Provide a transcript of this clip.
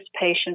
patient